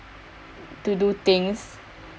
to do things